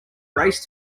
race